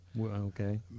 Okay